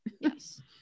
Yes